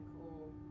cool